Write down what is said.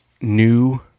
new